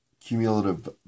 Cumulative